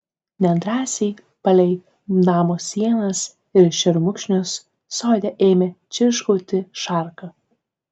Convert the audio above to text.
nedrąsiai palei namo sienas ir šermukšnius sode ėmė čirškauti šarka